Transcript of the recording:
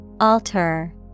Alter